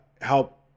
help